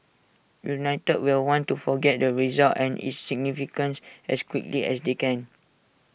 united will want to forget the result and its significance as quickly as they can